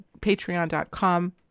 patreon.com